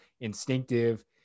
instinctive